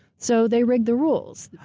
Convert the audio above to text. so they rig the rules.